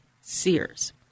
Sears